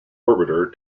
orbiter